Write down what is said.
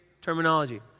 terminology